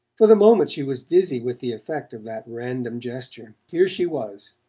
for the moment she was dizzy with the effect of that random gesture. here she was,